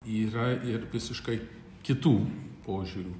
yra ir visiškai kitų požiūrių